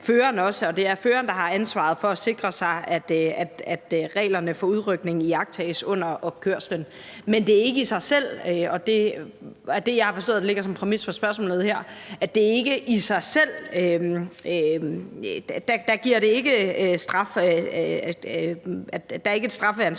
er også føreren, der har ansvaret for at sikre sig, at reglerne for udrykning iagttages under kørslen. Men der er ikke i sig selv – og det er det, jeg har forstået ligger som en præmis for spørgsmålet her – et strafansvar forbundet med, at et